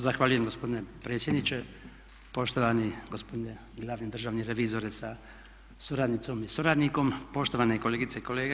Zahvaljujem gospodine predsjedniče, poštovani gospodine glavni državni revizore sa suradnicom i suradnikom, poštovane kolegice i kolege.